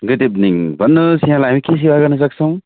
good evening भन्नुहोस यहाँलाई हामी के सेवा गर्न सक्छोैंँ